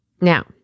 Now